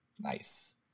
Nice